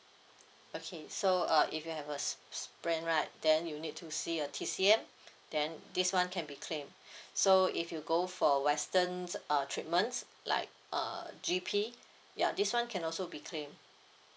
okay so uh if you have a s~ s~ sprain right then you need to see a T_C_M then this [one] can be claimed so if you go for a western uh treatments like uh G_P ya this [one] can also be claimed